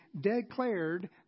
declared